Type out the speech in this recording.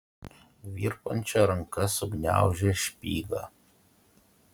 virpančia ranka sugniaužė špygą